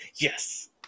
Yes